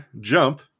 jump